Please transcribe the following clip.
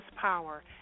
power